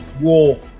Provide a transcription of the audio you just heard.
war